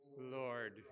Lord